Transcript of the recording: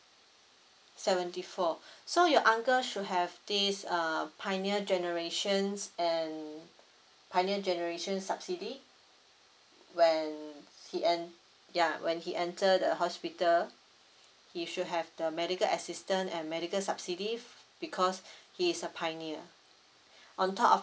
seventy four so your uncle should have this uh pioneer generations and pioneer generation subsidy when he en~ ya when he enter the hospital he should have the medical assistance and medical subsidy because he's a pioneer on top of